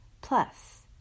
Plus